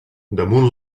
damunt